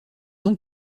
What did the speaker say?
donc